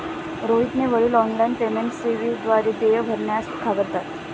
रोहितचे वडील online payment सेवेद्वारे देय भरण्यास घाबरतात